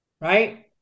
Right